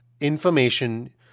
information